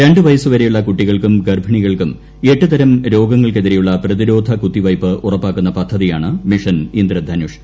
രണ്ട് വയസുവരെയുള്ള കുട്ടികൾക്കും ഗ്ർഭ്രിണികൾക്കും എട്ട് തരം രോഗങ്ങൾക്കെതിരെയുള്ള പ്രതിരോധ്യു ക്ട്തിവയ്പ്പ് ഉറപ്പാക്കുന്ന പദ്ധതിയാണ് മിഷൻ ഇന്ദ്രധനുഷ്